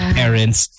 parents